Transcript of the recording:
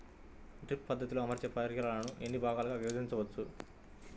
Drip పద్ధతిలో అమర్చే పరికరాలను ఎన్ని భాగాలుగా విభజించవచ్చు?